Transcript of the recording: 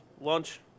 lunch